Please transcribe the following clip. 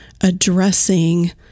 addressing